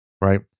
right